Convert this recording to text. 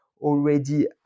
already